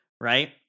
right